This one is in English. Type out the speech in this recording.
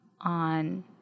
on